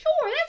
sure